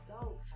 adult